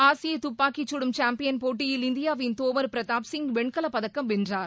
ஆசிய துப்பாக்கிச்சுடும் சாம்பியன் போட்டியில் இந்தியாவின் தோமர் பிரதாப் சிங் வெண்கலப் பதக்கம் வென்றார்